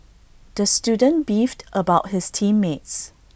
the student beefed about his team mates